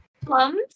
plums